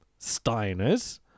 Steiners